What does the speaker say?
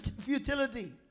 futility